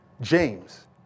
James